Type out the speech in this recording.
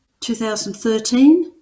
2013